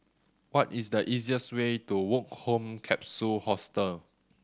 what is the easiest way to Woke Home Capsule Hostel